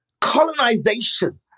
colonization